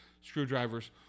screwdrivers